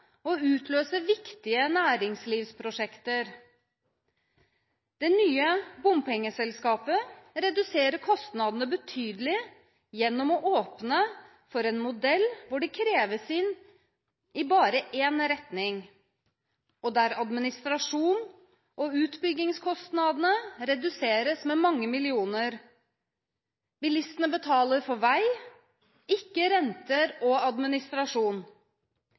og utløse viktige næringslivsprosjekter. Det nye bompengeselskapet reduserer kostnadene betydelig gjennom å åpne opp for en modell hvor det kreves inn i bare en retning, og der administrasjons- og utbyggingskostnadene reduseres med mange millioner. Bilistene betaler for vei, ikke renter og administrasjon.